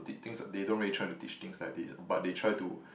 did things they don't really try to teach things like this but they try to